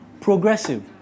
progressive